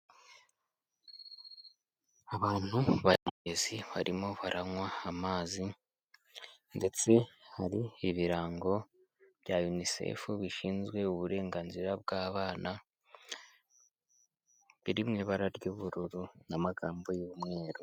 Abantu bari ku mugezi barimo baranywa amazi, ndetse hari ibirango bya UNICEF bishinzwe uburenganzira bw'abana biri mu ibara ry'ubururu n'amagambo y'umweru.